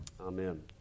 Amen